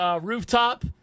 Rooftop